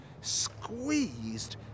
squeezed